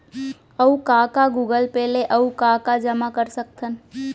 अऊ का का गूगल पे ले अऊ का का जामा कर सकथन?